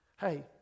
hey